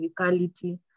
physicality